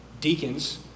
deacons